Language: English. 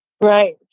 Right